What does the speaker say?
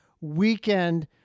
weekend